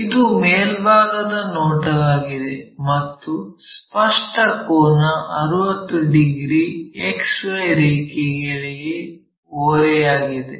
ಇದು ಮೇಲ್ಭಾಗದ ನೋಟವಾಗಿದೆ ಮತ್ತೆ ಸ್ಪಷ್ಟ ಕೋನ 60 ಡಿಗ್ರಿ XY ರೇಖೆಗಳಿಗೆ ಓರೆಯಾಗಿದೆ